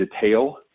detail